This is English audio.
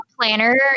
planner